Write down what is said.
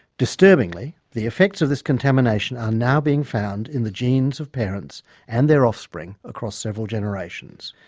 disturbingly the effects of this contamination are now being found in the genes of parents and their offspring across several generations.